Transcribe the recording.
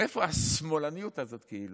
מאיפה השמאלניות הזאת, כאילו?